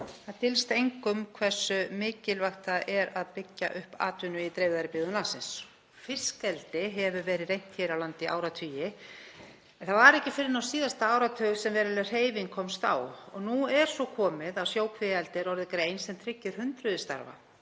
Það dylst engum hversu mikilvægt það er að byggja upp atvinnu í dreifðari byggðum landsins. Fiskeldi hefur verið reynt hér á landi í áratugi en það var ekki fyrr en á síðasta áratug sem veruleg hreyfing komst á. Nú er svo komið að sjókvíaeldi er orðið grein sem tryggir hundruð starfa